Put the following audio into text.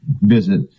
visit